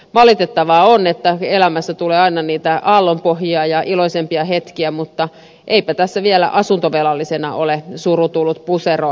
valitettavaa on että elämässä tulee aina niitä aallonpohjia ja myös iloisempia hetkiä tulee mutta eipä tässä vielä asuntovelallisena ole suru tullut puseroon